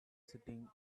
sitting